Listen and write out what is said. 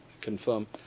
confirm